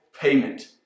payment